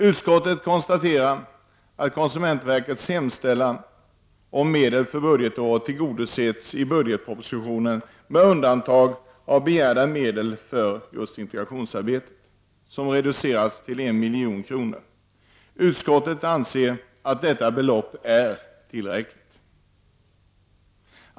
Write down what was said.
Utskottet konstaterar att konsumentverkets hemställan om medel för budgetåret tillgodosetts i budgetpropositionen med undantag av begärda medel för integrationsarbetet, som reducerats till 1 milj.kr. Utskottet anser att detta belopp är tillräckligt.